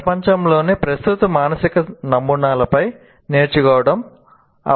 ప్రపంచంలోని ప్రస్తుత మానసిక నమూనాలపై నేర్చుకోవడం అవసరం